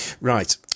right